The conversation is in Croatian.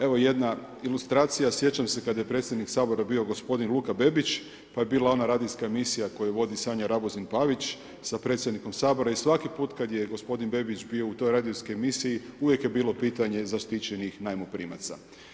Evo jedna ilustracija, sjećam se kada je predsjednik Sabora bio gospodin Luka Bebić pa je bila ona radijska emisija koju vodi Sanja RAguzin Pavić sa predsjednikom Sabora i svaki put kada je gospodin Bebić bio u toj radijskoj emisiji uvijek je bilo pitanje zaštićenih najmoprimaca.